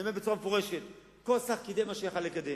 אני אומר בצורה מפורשת שכל שר קידם מה שיכול היה לקדם.